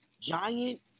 giant